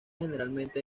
generalmente